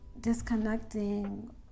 disconnecting